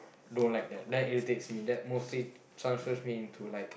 don't like that that irritates that mostly transforms me into like